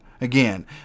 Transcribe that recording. again